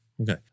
Okay